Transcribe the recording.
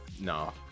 no